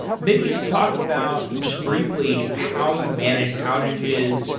maybe you could talk about just briefly how you manage outages,